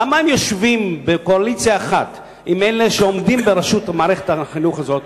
למה הם יושבים בקואליציה אחת עם אלה שעומדים בראשות מערכת החינוך הזאת.